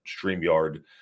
StreamYard